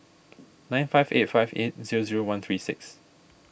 nine five eight five eight zero zero one three six